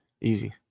Easy